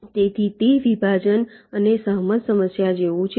તેથી તે વિભાજન અને સહમત સમસ્યા જેવું છે